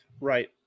Right